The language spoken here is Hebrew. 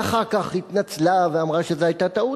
ואחר כך התנצלה ואמרה שזו היתה טעות.